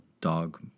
dog